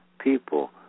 people